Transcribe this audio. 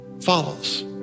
follows